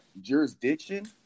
jurisdiction